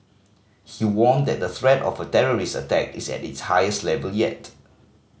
he warned that the threat of a terrorist attack is at its highest level yet